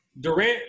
Durant